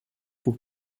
pour